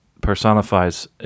personifies